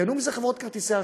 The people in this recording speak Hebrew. ייהנו מזה חברות כרטיסי האשראי,